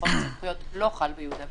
חוק הסמכויות לא חל ביהודה ושומרון,